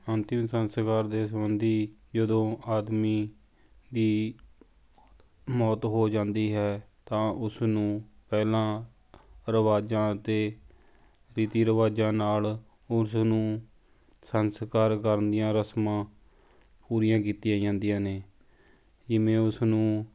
ਅੰਤਿਮ ਸੰਸਕਾਰ ਦੇ ਸਬੰਧੀ ਜਦੋਂ ਆਦਮੀ ਦੀ ਮੌਤ ਹੋ ਜਾਂਦੀ ਹੈ ਤਾਂ ਉਸ ਨੂੰ ਪਹਿਲਾਂ ਰਿਵਾਜਾਂ ਅਤੇ ਰੀਤੀ ਰਿਵਾਜਾਂ ਨਾਲ ਉਸ ਨੂੰ ਸੰਸਕਾਰ ਕਰਨ ਦੀਆਂ ਰਸਮਾਂ ਪੂਰੀਆਂ ਕੀਤੀਆਂ ਜਾਂਦੀਆਂ ਨੇ ਜਿਵੇਂ ਉਸਨੂੰ